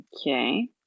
Okay